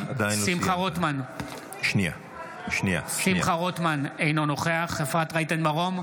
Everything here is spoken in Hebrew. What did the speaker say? שמחה רוטמן, אינו נוכח אפרת רייטן מרום,